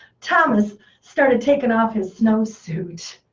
thomas started taking off his snowsuit.